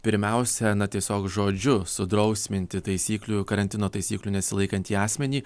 pirmiausia na tiesiog žodžiu sudrausminti taisyklių karantino taisyklių nesilaikantį asmenį